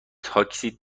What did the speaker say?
تاکسی